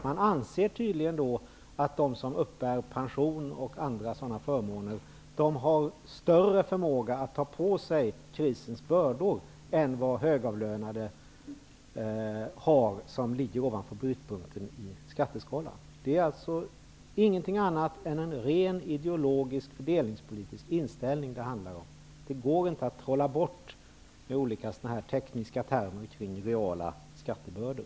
Man anser tydligen att de som uppbär pension och övriga sådana förmåner har större förmåga att ta på sig krisens bördor än de högavlönade som ligger över brytpunkten i skatteskalan. Det är ingenting annat än en ren ideologisk fördelningspolitisk inställning det handlar om. Det går inte att trolla bort med olika tekniska termer kring reala skattebördor.